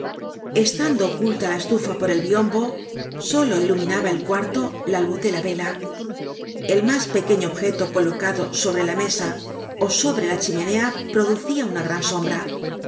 estando ocultala estufa por el biombo solo iluminaba el cuarto la luz de la vela el mas pequeño objeto colocado sobre la mesa ó sobre la chimenea producia una gran sombra